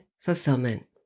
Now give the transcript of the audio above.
Fulfillment